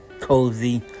cozy